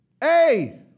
hey